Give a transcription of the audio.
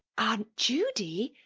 aunt judy?